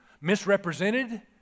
misrepresented